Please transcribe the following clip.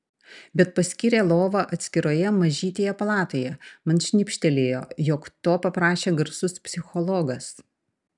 bet paskyrė lovą atskiroje mažytėje palatoje man šnibžtelėjo jog to paprašė garsus psichologas